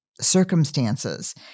circumstances